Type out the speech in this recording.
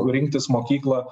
rinktis mokyklą